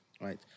Right